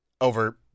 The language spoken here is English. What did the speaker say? over